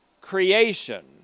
creation